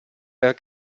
per